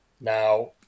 Now